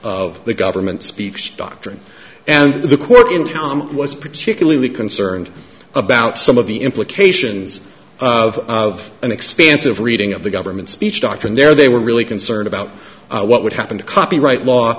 of the government speaks doctrine and the court in town was particularly concerned about some of the imp occasions of of an expansive reading of the government speech doctrine there they were really concerned about what would happen to copyright law